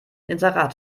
inserat